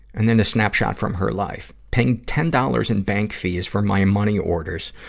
and then a snapshot from her life paying ten dollars in bank fees for my money orders,